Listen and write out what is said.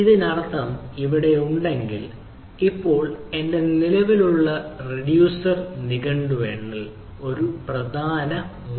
ഇതിനകം അവിടെ ഉണ്ടെങ്കിൽ അതിനർത്ഥം ഇപ്പോൾ എന്റെ നിലവിലുള്ള റിഡ്യൂസർ നിഘണ്ടു എണ്ണൽ ഒരു പ്രധാന മൂല്യ ജോഡി ആണ്